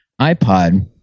iPod